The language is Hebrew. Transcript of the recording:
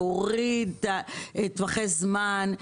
יוריד טווחי זמן,